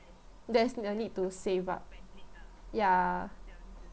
there's no need to save up ya